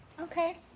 Okay